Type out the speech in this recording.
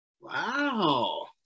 Wow